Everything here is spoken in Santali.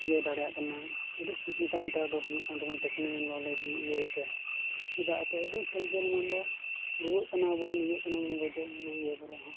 ᱤᱭᱟᱹ ᱫᱟᱲᱮᱭᱟᱜ ᱠᱟᱱᱟ ᱟᱹᱰᱤ ᱥᱩᱵᱤᱫᱟ ᱱᱮᱛᱟᱨ ᱫᱚ ᱦᱩᱭᱩᱜ ᱠᱟᱱ ᱛᱟᱵᱚᱱᱟ ᱴᱮᱹᱠᱱᱤᱠᱮᱞ ᱱᱚᱞᱮᱡᱽ ᱤᱭᱟᱹᱭᱛᱮ ᱪᱮᱫᱟᱜ ᱮᱱᱛᱮ ᱟᱹᱰᱤ ᱡᱷᱟᱹᱞ ᱡᱷᱟᱹᱞ ᱢᱟᱱᱞᱚ ᱨᱩᱟᱹᱜ ᱠᱟᱱᱟ ᱵᱚᱱ ᱤᱭᱟᱹᱜ ᱠᱟᱱᱟ ᱵᱚᱱ ᱜᱚᱡᱚᱜ ᱜᱩᱨᱩᱜ ᱤᱭᱟᱹ ᱠᱚᱨᱮ ᱦᱚᱸ